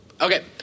Okay